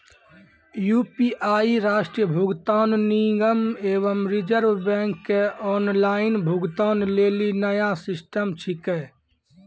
UPI राष्ट्रीय भुगतान निगम एवं रिज़र्व बैंक के ऑनलाइन भुगतान लेली नया सिस्टम छिकै